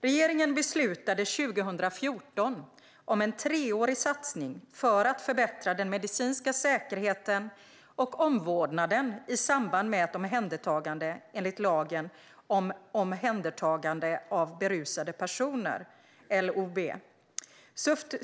Regeringen beslutade 2014 om en treårig satsning för att förbättra den medicinska säkerheten och omvårdnaden i samband med ett omhändertagande enligt lagen om omhändertagande av berusade personer m.m. .